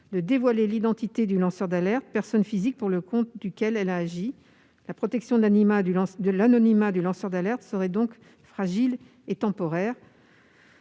de dévoiler l'identité du lanceur d'alerte, personne physique pour le compte de laquelle elle a agi. La protection de l'anonymat du lanceur d'alerte serait donc fragile et temporaire.